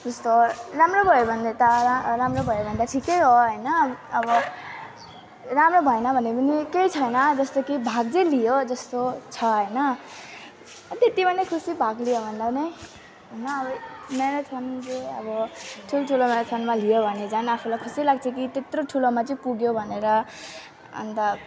यस्तो राम्रो भयो भने त राम्रो भयो भने त ठिकै हो होइन अब राम्रो भएन भने पनि केही छैन जस्तो कि भाग चाहिँ लियो जस्तो छ होइन त्यत्तिमा नै खुसी भाग लियो भन्दा नै होइन अब म्याराथन चाहिँ अब ठुल्ठुलो म्याराथानमा लियो भने झन् आफूलाई खुसी लाग्छ कि त्यत्रो ठुलोमा चाहिँ पुग्यो भनेर अन्त